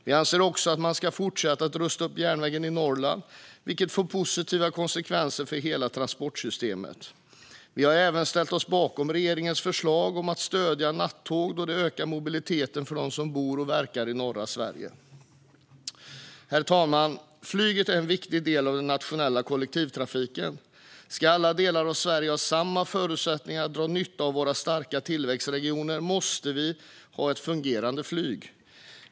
Vi anser också att man ska fortsätta att rusta upp järnvägen i Norrland, vilket får positiva konsekvenser för hela transportsystemet. Vi har även ställt oss bakom regeringens förslag om att stödja nattåg, då de ökar mobiliteten för dem som bor och verkar i norra Sverige. Herr talman! Flyget är en viktig del av den nationella kollektivtrafiken. Ska alla delar av Sverige ha samma förutsättningar att dra nytta av våra starka tillväxtregioner måste vi ha ett fungerande flyg.